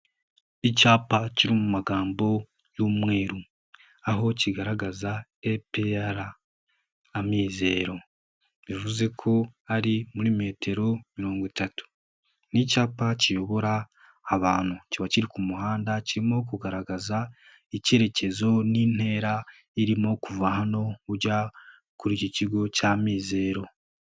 Icyapa kiri mu magambo y'umweru, aho kigaragaza APR Amizero bivuze ko hari muri metero mirongo itatu. Ni icyapa kiyobora abantu kiba kiri ku muhanda kirimo kugaragaza icyerekezo n'intera irimo kuva hano ujya kuri iki kigo cy'Amizero.